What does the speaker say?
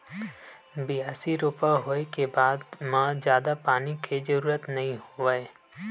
बियासी, रोपा होए के बाद म जादा पानी के जरूरत नइ होवय